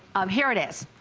um here it is,